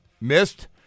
missed